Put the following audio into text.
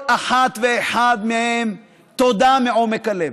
לכל אחת ואחד מהם, תודה מעומק הלב.